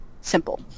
simple